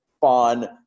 fun